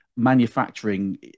manufacturing